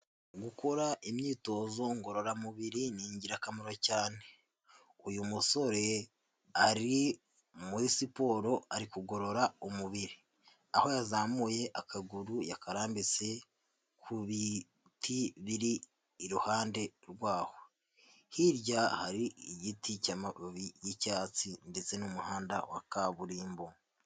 Gukora imyitozo ngororamubiri ni ingirakamaro cyane, uyu musore ari muri siporo ari kugorora umubiri, aho yazamuye akaguru yakararambitse ku biti biri iruhande rwaho, hirya hari igiti cy'amababi y'icyatsi ndetse n'umuhanda wa kaburimbo.